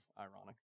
Ironic